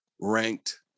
ranked